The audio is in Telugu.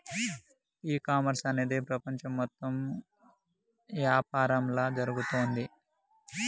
ఈ కామర్స్ అనేది ప్రపంచం మొత్తం యాపారంలా జరుగుతోంది